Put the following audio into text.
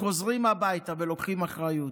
חוזרים הביתה ולוקחים אחריות.